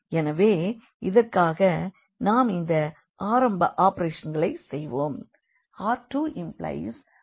எனவே இதற்காக நாம் இந்த ஆரம்ப ஆபரேஷன்களை செய்வோம்